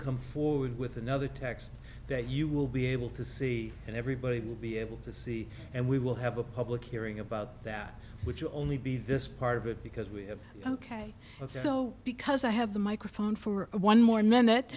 come forward with another text that you will be able to see and everybody will be able to see and we will have a public hearing about that which will only be this part of it because we have ok so because i have the microphone for one more m